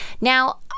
now